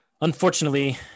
Unfortunately